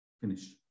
Finish